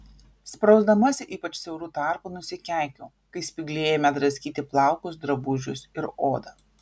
sprausdamasi ypač siauru tarpu nusikeikiau kai spygliai ėmė draskyti plaukus drabužius ir odą